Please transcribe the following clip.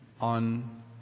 on